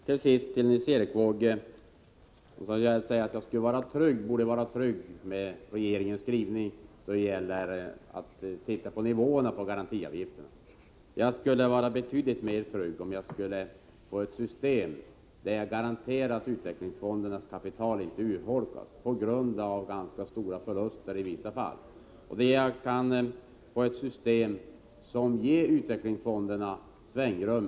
Herr talman! Nils Erik Wååg säger att jag borde vara trygg med regeringens skrivning då det gäller nivån på garantiavgifterna. Jag skulle vara betydligt mera trygg, om vi kunde få ett system där det garanteras att utvecklingsfondernas kapital inte urholkas på grund av ganska stora förluster i vissa fall. Ett sådant system skulle ge utvecklingsfonderna svängrum.